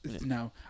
No